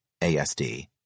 ASD